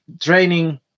training